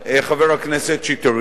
חבר הכנסת שטרית,